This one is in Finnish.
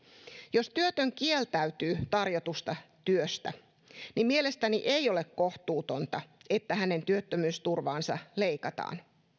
jos työtön kieltäytyy tarjotusta työstä niin mielestäni ei ole kohtuutonta että hänen työttömyysturvaansa leikataan